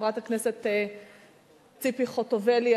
חברת הכנסת ציפי חוטובלי,